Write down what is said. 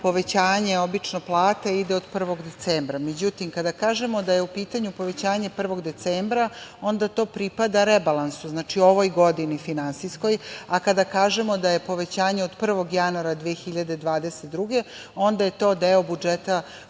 povećanje obično plata ide od 1. decembra. Međutim, kada kažemo da je u pitanju povećanje 1. decembra, onda to pripada rebalansu, znači ovoj godini finansijskoj, a kada kažemo da je povećanje od 1. januara 2022. godine, onda je to deo budžeta